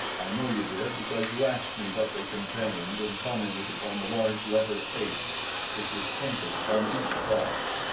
i know you did, because you asked me what they contained and commented upon the large letter h which was painted upon each box.